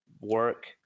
work